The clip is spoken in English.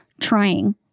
trying